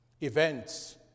events